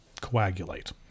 coagulate